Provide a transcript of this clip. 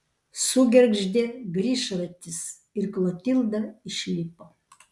sugergždė grįžratis ir klotilda išlipo